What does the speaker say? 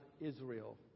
Israel